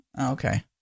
Okay